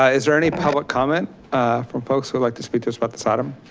ah is there any public comment from folks would like to speak to us about this item?